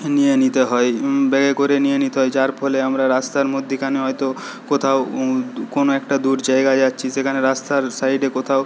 নিয়ে নিতে হয় ব্যাগে করে নিয়ে নিতে হয় যার ফলে আমরা রাস্তার মধ্যেখানে হয়তো কোথাও কোনো একটা দূর জায়গায় যাচ্ছি সেখানে রাস্তার সাইডে কোথাও